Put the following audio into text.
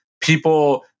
people